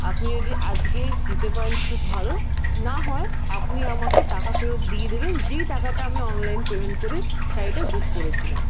আপনি যদি আজকে দিতে পারেন খুব ভালো না হয় আপনি আমাকে টাকা ফেরত দিয়ে দেবেন যে টাকাটা আমি অনলাইন পেমেন্ট করে শাড়িটা বুক করেছিলাম